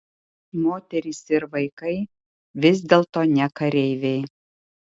moterys ir vaikai vis dėlto ne kareiviai